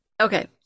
Okay